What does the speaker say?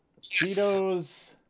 Cheetos